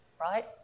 Right